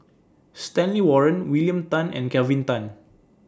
Stanley Warren William Tan and Kelvin Tan